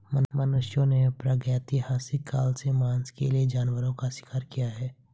मनुष्यों ने प्रागैतिहासिक काल से मांस के लिए जानवरों का शिकार किया है